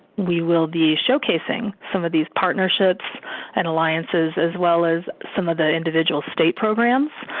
we will be showcasing some of these partnerships and alliances as well as some of the individual state programs.